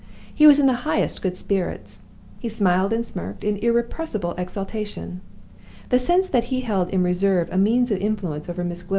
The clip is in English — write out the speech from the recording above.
he was in the highest good spirits he smiled and smirked in irrepressible exultation the sense that he held in reserve a means of influence over miss gwilt,